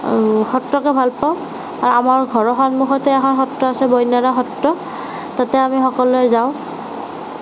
সত্ৰকে ভাল পাওঁ আৰু আমাৰ ঘৰৰ সন্মুখতে এখন সত্ৰ আছে বৈনাৰা সত্ৰ তাতে আমি সকলোৱে যাওঁ